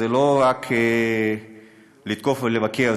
זה לא רק לתקוף ולבקר,